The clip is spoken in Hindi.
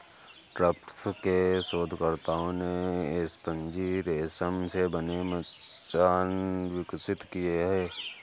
टफ्ट्स के शोधकर्ताओं ने स्पंजी रेशम से बने मचान विकसित किए हैं